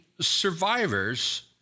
survivors